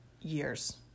years